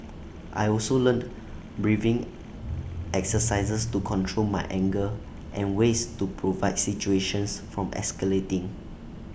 I also learnt breathing exercises to control my anger and ways to provide situations from escalating